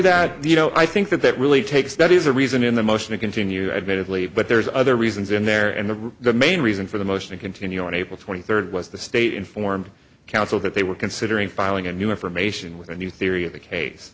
that you know i think that that really takes that is a reason in the motion to continue admittedly but there's other reasons in there and the main reason for the motion continue on april twenty third was the state informed counsel that they were considering filing a new information with a new theory of the case